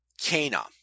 Cana